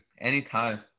Anytime